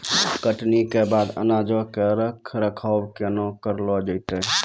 कटनी के बाद अनाजो के रख रखाव केना करलो जैतै?